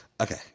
Okay